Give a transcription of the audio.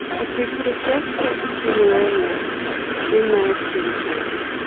if we could have just caught the tumour earlier we may have stood a chance.